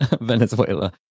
Venezuela